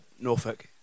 Norfolk